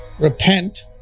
repent